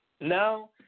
No